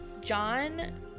John